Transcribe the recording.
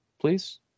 please